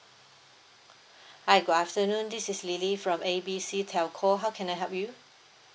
hi good afternoon this is lily from A B C telco how can I help you